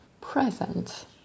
present